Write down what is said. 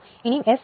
ഇനി S0